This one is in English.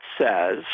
says